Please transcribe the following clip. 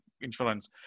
insurance